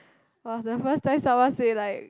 was the first time someone say like